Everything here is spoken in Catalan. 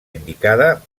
indicada